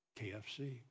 KFC